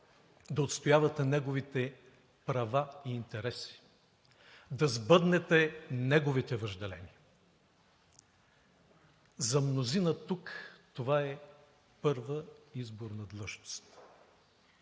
да отстоявате неговите права и интереси, да сбъднете неговите въжделения. За мнозина тук това е първа изборна длъжност.